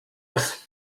with